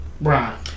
right